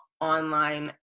online